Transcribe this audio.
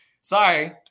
Sorry